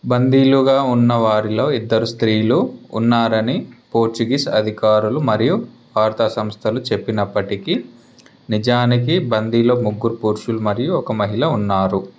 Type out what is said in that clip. బంధీలుగా ఉన్న వారిలో ఇద్దరు స్త్రీలు ఉన్నారని పోర్చుగీస్ అధికారులు మరియు వార్తా సంస్థలు చెప్పినప్పటికీ నిజానికి బందీల్లో ముగ్గురు పురుషులు మరియు ఒక మహిళ ఉన్నారు